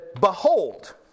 Behold